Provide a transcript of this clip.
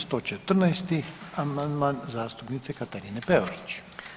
114. amandman zastupnice Katarine Peović.